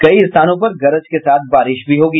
कई स्थानों पर गरज के साथ बारिश भी होगी